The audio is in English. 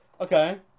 Okay